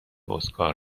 اسکار